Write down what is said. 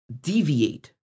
deviate